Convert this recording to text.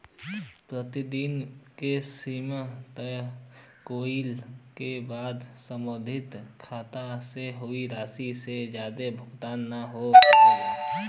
प्रतिदिन क सीमा तय कइले क बाद सम्बंधित खाता से उ राशि से जादा भुगतान न हो सकला